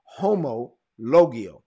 homologio